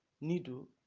needle